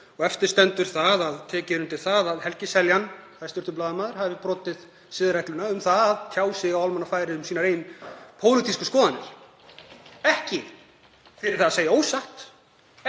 og eftir stendur að tekið er undir það að Helgi Seljan, hæstv. blaðamaður, hafi brotið siðareglur um að tjá sig á almannafæri um sínar eigin pólitísku skoðanir. Ekki fyrir það að segja ósatt,